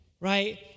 right